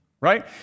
Right